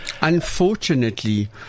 Unfortunately